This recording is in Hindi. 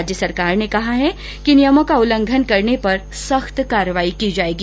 राज्य सरकार ने कहा है कि नियमों का उल्लंघन करने पर सख्त कार्रवाई की जाएगी